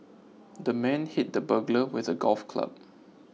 the man hit the burglar with a golf club